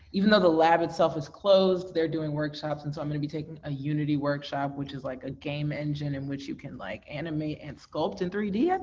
even though the lab itself is closed, they're doing workshops and so i'm gonna be taking a unity workshop, which is like a game engine in which you can like animate and sculpt in three d, ah